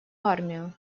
армию